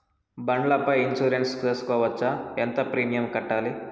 బండ్ల పై ఇన్సూరెన్సు సేసుకోవచ్చా? ఎంత ప్రీమియం కట్టాలి?